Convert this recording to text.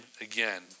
again